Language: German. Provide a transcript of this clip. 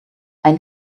ein